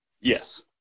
Yes